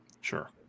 Sure